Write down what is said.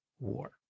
War